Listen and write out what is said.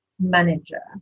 manager